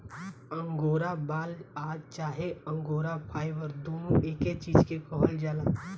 angora बाल आ चाहे अंगोरा फाइबर दुनो एके चीज के कहल जाला